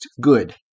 good